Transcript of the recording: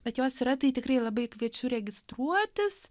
bet jos yra tai tikrai labai kviečiu registruotis